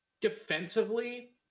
defensively